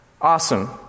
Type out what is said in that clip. Awesome